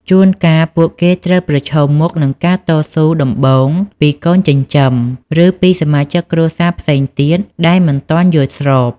ជួនកាល ពួកគេត្រូវប្រឈមមុខនឹងការតស៊ូដំបូងពីកូនចិញ្ចឹម ឬពីសមាជិកគ្រួសារផ្សេងទៀតដែលមិនទាន់យល់ស្រប។